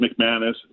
McManus